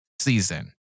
season